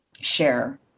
share